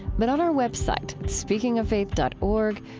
but on our web site, speakingoffaith dot org,